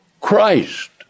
Christ